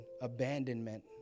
abandonment